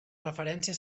referència